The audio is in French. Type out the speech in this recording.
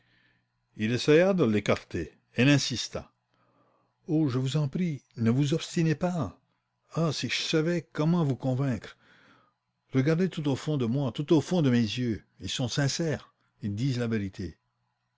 il essaya de l'écarter elle insista oh je vous en prie ne vous obstinez pas ah si je savais comment vous convaincre regardez tout au fond de moi tout au fond de mes yeux ils sont sincères ils disent la vérité